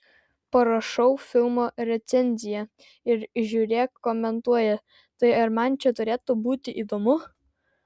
parašau filmo recenziją ir žiūrėk komentuoja tai ar man čia turėtų būti įdomu